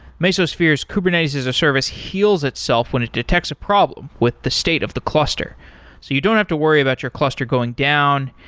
mesosphere's kubernetes-as-a-service heals itself when it detects a problem with the state of the cluster. so you don't have to worry about your cluster going down,